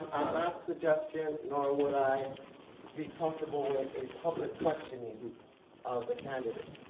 i'm not suggesting nor would i be comfortable with a public questioning of the candidate.